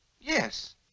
Yes